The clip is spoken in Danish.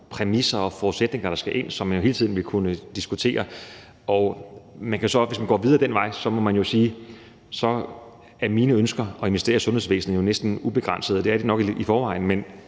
præmisser og forudsætninger, der skal ind, og som man hele tiden vil kunne diskutere. Hvis man går videre ad den vej, må man sige, at mine ønsker om at investere i sundhedsvæsenet næsten er ubegrænsede – det er de nok i forvejen – men